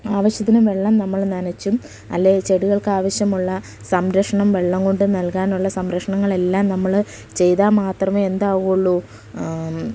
ആവശ്യത്തിനു വെള്ളം നമ്മൾ നനച്ചും അല്ലെങ്കിൽ ചെടികൾക്ക് ആവശ്യമുള്ള സംരക്ഷണം വെള്ളംകൊണ്ട് നൽകാനുള്ള സംരക്ഷണങ്ങളെല്ലാം നമ്മൾ ചെയ്താൽ മാത്രമേ എന്താവുള്ളൂ